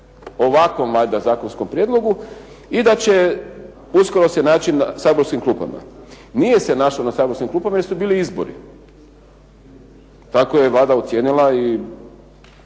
ovakvom valjda zakonskom prijedlogu i da će uskoro se naći na saborskim klupama. Nije se našao na saborskim klupama jer su bili izbori. Tako je Vlada ocijenila i